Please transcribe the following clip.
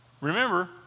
Remember